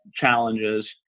challenges